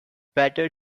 better